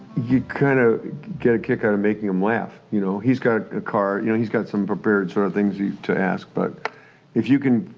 you kind of get a kick out of making him laugh, you know he's got a ah card, you know he's got some prepared sort of things you to ask but if you can,